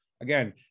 again